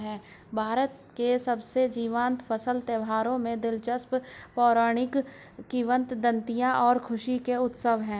भारत के सबसे जीवंत फसल त्योहारों में दिलचस्प पौराणिक किंवदंतियां और खुशी के उत्सव है